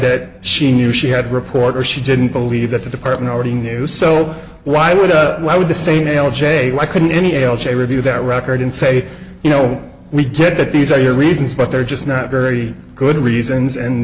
that she knew she had a reporter she didn't believe that the department already knew so why would why would the same l j why couldn't any a l j review that record and say you know we did that these are your reasons but they're just not very good reasons and